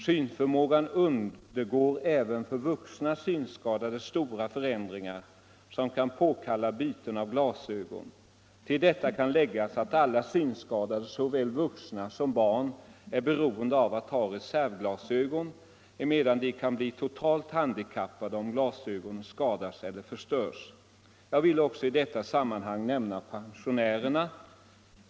Synförmågan undergår även för vuxna synskadade stora förändringar, som kan påkalla byten av glasögon. Till detta kan läggas att alla synskadade — såväl vuxna som barn — är beroende av att ha reservglasögon, emedan de kan bli totalt handikappade om glasögonen skadas eller förstörs. Jag vill i detta sammanhang också nämna pensionärerna.